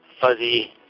fuzzy